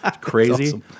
Crazy